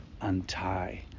untie